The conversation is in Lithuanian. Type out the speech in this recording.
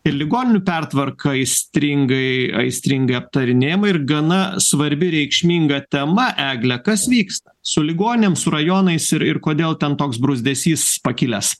ir ligoninių pertvarka aistringai aistringai aptarinėjama ir gana svarbi reikšminga tema egle kas vyksta su ligoninėm du rajonais ir kodėl ten toks bruzdesys pakilęs